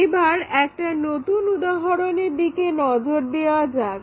এবার একটা নতুন উদাহরণের দিকে নজর দেওয়া যাক